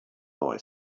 boy